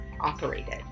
operated